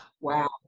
Wow